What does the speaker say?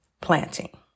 planting